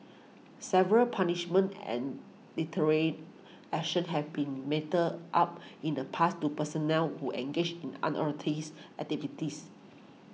severe punishments and deterrent action have been meted out in the past to personnel who engaged in unauthorised activities